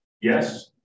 Yes